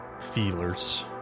feelers